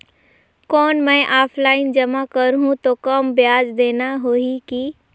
कौन मैं ऑफलाइन जमा करहूं तो कम ब्याज देना होही की?